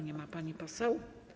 Nie ma pani poseł.